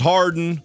Harden